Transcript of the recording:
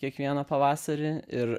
kiekvieną pavasarį ir